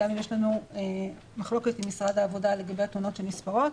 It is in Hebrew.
גם אם יש לנו מחלוקת עם משרד העבודה לגבי התאונות שנספרות,